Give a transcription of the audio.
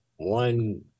One